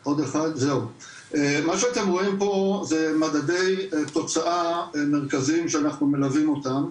מה שאתם רואים פה זה מדדי תוצאה מרכזיים שאנחנו מלווים אותם,